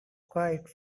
quiet